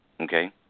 Okay